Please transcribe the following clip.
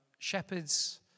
Shepherds